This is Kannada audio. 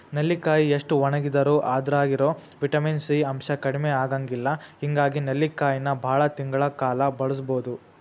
ನೆಲ್ಲಿಕಾಯಿ ಎಷ್ಟ ಒಣಗಿದರೂ ಅದ್ರಾಗಿರೋ ವಿಟಮಿನ್ ಸಿ ಅಂಶ ಕಡಿಮಿ ಆಗಂಗಿಲ್ಲ ಹಿಂಗಾಗಿ ನೆಲ್ಲಿಕಾಯಿನ ಬಾಳ ತಿಂಗಳ ಕಾಲ ಬಳಸಬೋದು